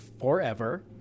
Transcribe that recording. forever